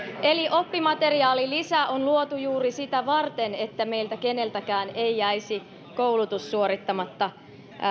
oppimateriaalilisä on luotu juuri sitä varten että meiltä keneltäkään ei jäisi koulutus suorittamatta